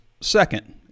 second